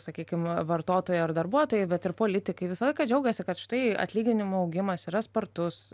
sakykim vartotojai ar darbuotojai bet ir politikai visą laiką džiaugiasi kad štai atlyginimų augimas yra spartus